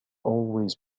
always